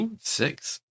six